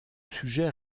sujet